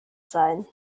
sein